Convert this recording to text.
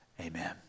Amen